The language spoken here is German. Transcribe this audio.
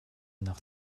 nach